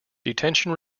detention